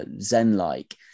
zen-like